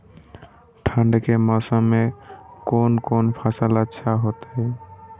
ठंड के मौसम में कोन कोन फसल अच्छा होते?